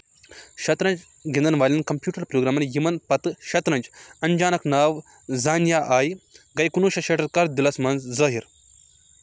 شطرنج گِنٛدَن والین کمپیوٗٹر پروگرامن، یِمن پتہٕ شطرنج انجنک ناو زانیا آیہِ ،گٔے کُنوُہ شیٚتھ شیٹھس کَس دہلِس مَنٛز ظٲہر